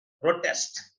protest